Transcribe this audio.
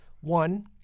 One